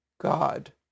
God